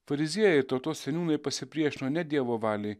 fariziejai ir tautos seniūnai pasipriešino ne dievo valiai